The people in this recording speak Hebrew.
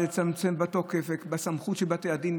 ולצמצם את התוקף והסמכות של בתי הדין,